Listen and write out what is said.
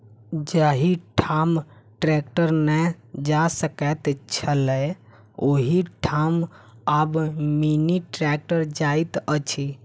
जाहि ठाम ट्रेक्टर नै जा सकैत छलै, ओहि ठाम आब मिनी ट्रेक्टर जाइत अछि